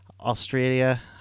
Australia